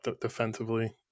defensively